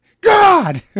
god